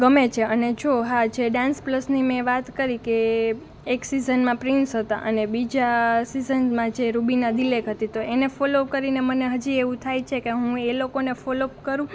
ગમે છે અને જો હા મેં જે ડાન્સ પ્લસની મેં વાત કરી કે એક સીઝન માં પ્રિન્સ હતા અને બીજા સીઝનમાં જે રૂબીના ધિલેખ હતી તો અને ફોલ્લૉ કરી ને મને હજી એવું થાઈ છે કે હું એ લોકોને ફોલ્લૉ અપ કરું